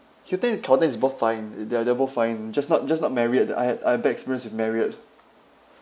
hilton and carlton is both fine they they're both fine just not just not marriott I had I had bad experience with marriott